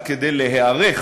רק כדי להיערך